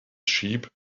sheep